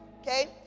okay